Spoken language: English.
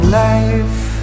life